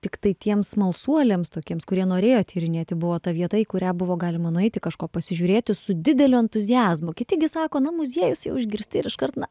tiktai tiems smalsuoliams tokiems kurie norėjo tyrinėti buvo ta vieta į kurią buvo galima nueiti kažko pasižiūrėti su dideliu entuziazmu kiti gi sako na muziejus jau išgirsti ir iškart na